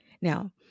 Now